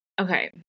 okay